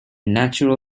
natural